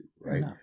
right